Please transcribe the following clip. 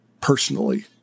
personally